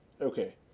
Okay